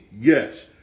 yes